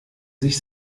sich